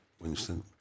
Winston